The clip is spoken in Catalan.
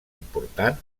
important